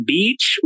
Beach